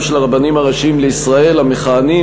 של הרבנים הראשיים לישראל המכהנים,